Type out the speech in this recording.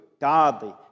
godly